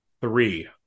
three